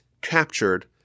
captured